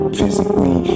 physically